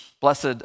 Blessed